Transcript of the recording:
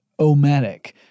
omatic